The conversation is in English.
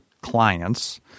clients